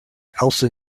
elsa